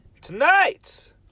Tonight